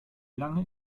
lange